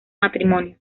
matrimonio